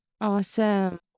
Awesome